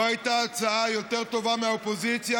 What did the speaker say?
לא הייתה הצעה יותר טובה מהאופוזיציה,